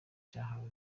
cyahawe